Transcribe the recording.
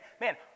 man